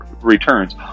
returns